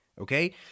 okay